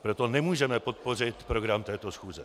Proto nemůžeme podpořit program této schůze.